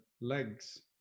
legs